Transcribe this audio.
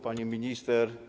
Pani Minister!